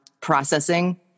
processing